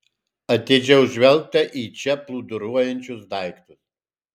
atidžiau žvelgta į čia plūduriuojančius daiktus